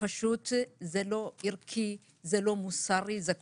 לא ערכי, זה לא מוסרי וזה כואב.